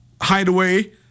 hideaway